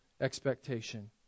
expectation